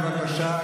בבקשה,